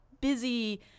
busy